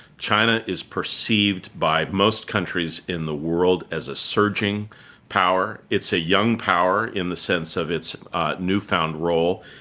china is perceived by most countries in the world as a surging power. it's a young power in the sense of its newfound role.